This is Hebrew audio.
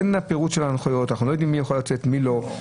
אין פירוט של ההנחיות ואנחנו לא יודעים מי יכול לצאת ומי לא.